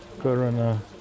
corona